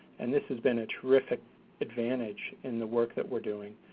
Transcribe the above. and this has been a terrific advantage in the work that we're doing.